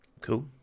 Cool